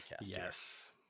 Yes